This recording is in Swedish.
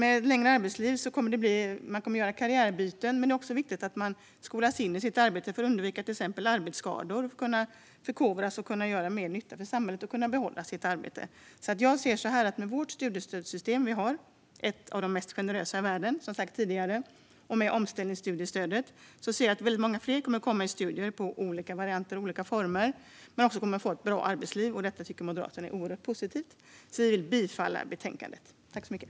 Med ett längre arbetsliv kommer man att göra karriärbyten, men det är också viktigt att skolas in i sitt arbete för att undvika till exempel arbetsskador och för att förkovra sig, göra mer nytta för samhället och behålla sitt arbete. Med det svenska studiestödssystemet, ett av de mest generösa i världen, och med omställningsstudiestödet kommer fler att påbörja studier i olika former och få ett bra arbetsliv. Detta tycker Moderaterna är oerhört positivt. Jag yrkar bifall till förslaget i betänkandet.